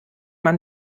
man